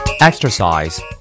Exercise